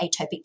atopic